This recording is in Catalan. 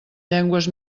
llengües